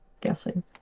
guessing